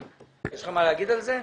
יש לך מה לומר על זה?